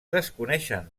desconeixen